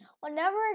Whenever